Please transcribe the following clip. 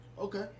Okay